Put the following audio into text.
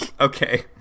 okay